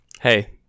Hey